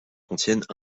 contiennent